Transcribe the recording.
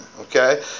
okay